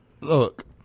Look